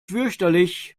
fürchterlich